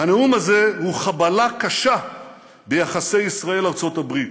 "הנאום הזה הוא חבלה קשה ביחסי ישראל-ארצות הברית".